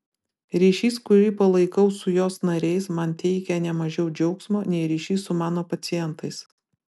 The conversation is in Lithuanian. ryšys kurį palaikau su jos nariais man teikia ne mažiau džiaugsmo nei ryšys su mano pacientais